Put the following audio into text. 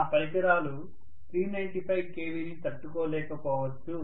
నా పరికరాలు 395 kVని తట్టుకోలేకపోవచ్చు